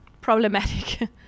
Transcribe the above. problematic